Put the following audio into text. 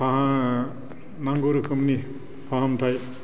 नांगौ रोखोमनि फाहामथाय